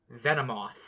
Venomoth